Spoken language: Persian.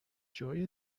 جای